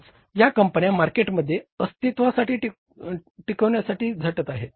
आज या कंपन्या मार्केटमध्ये अस्तित्वासाठी टिकवण्यासाठी झटत आहेत